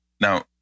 Now